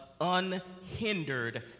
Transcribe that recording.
unhindered